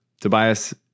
Tobias